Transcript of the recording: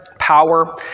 power